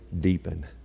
deepen